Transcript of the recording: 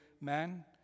man